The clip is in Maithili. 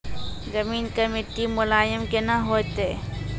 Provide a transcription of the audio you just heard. जमीन के मिट्टी मुलायम केना होतै?